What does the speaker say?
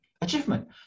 achievement